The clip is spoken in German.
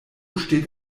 steht